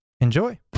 Enjoy